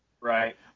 Right